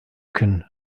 können